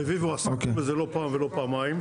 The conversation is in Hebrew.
מר רביבו, עסקנו בזה לא פעם ולא פעמיים.